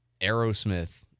Aerosmith